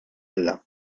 alla